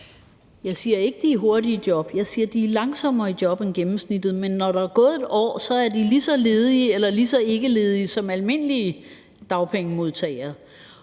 Jeg siger ikke, at de er hurtigt i job. Jeg siger, at de er langsommere i job end gennemsnittet, men når der er gået 1 år, er de lige så ledige eller lige så ikkeledige som almindelige dagpengemodtagere.